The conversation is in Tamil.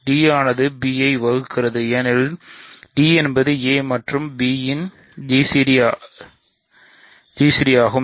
d ஆனது b ஐ வகுக்கிறது ஏனெனில் d என்பது a மற்றும் b இன் ஒரு gcd ஆகும்